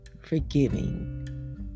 forgiving